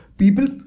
People